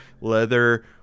leather